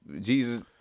jesus